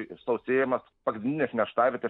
išsausėjimas pagrindinės nerštavietės